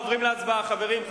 עוברים להצבעה, חברים.